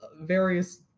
various